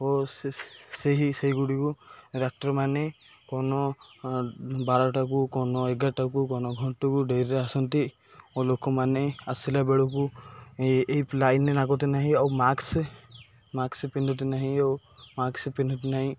ଓ ସେହି ସେଇଗୁଡ଼ିକୁ ଡାକ୍ତରମାନେ କ'ଣ ବାରଟାକୁ କ'ଣ ଏଗାରଟାକୁ କ'ଣ ଘଣ୍ଟାକୁ ଡେରିରେ ଆସନ୍ତି ଓ ଲୋକମାନେ ଆସିଲା ବେଳକୁ ଏଇ ଲାଇନରେ ଲାଗନ୍ତି ନାହିଁ ଆଉ ମାସ୍କ ମାସ୍କ ପିନ୍ଧନ୍ତି ନାହିଁ ଓ ମାସ୍କ ପିନ୍ଧନ୍ତି ନାହିଁ